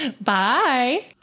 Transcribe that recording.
Bye